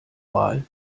wahl